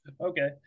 Okay